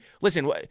listen